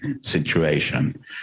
situation